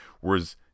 whereas